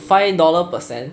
five dollar percent